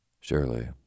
Surely